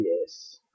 yes